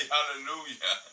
Hallelujah